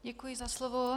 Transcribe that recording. Děkuji za slovo.